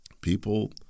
People